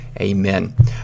amen